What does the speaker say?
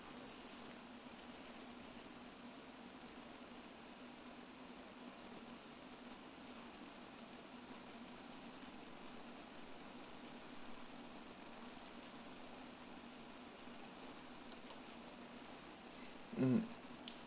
um